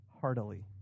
heartily